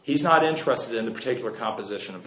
he's not interested in the particular composition of